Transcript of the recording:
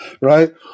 right